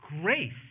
grace